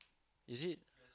is it